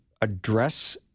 address